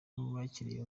wakiriye